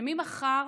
שממחר